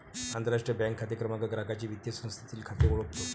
आंतरराष्ट्रीय बँक खाते क्रमांक ग्राहकाचे वित्तीय संस्थेतील खाते ओळखतो